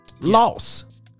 loss